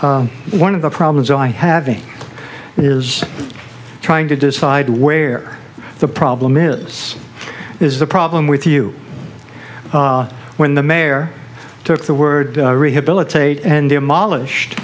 one of the problems i have in it is trying to decide where the problem is is the problem with you when the mayor took the word rehabilitate and demolished